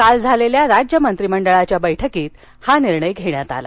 काल झालेल्या राज्य मंत्रिमंडळाच्या बैठकीत हा निर्णय घेण्यात आला